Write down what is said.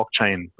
blockchain